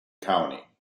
county